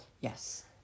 Yes